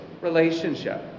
relationship